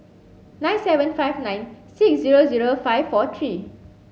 nine seven five nine six zero zero five four three